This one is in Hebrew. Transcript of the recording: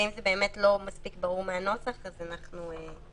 אם זה לא מספיק ברור מהנוסח, נבהיר.